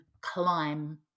climb